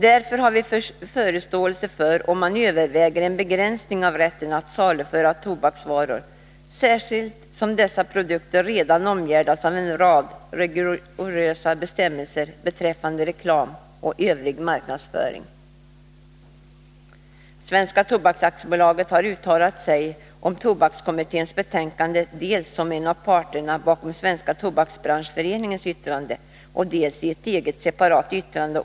Därför har vi förståelse för om man överväger en begränsning av rätten att saluföra tobaksvaror, särskilt som dessa produkter redan omgärdas av en rad rigorösa bestämmelser beträffande reklam och övrig marknadsföring.” Svenska Tobaks AB har uttalat sig om tobakskommitténs betänkande, dels som en av parterna bakom Svenska tobaksbranschföreningens yttrande, dels i ett eget separat yttrande.